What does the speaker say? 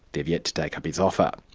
they've yet to take up his offer.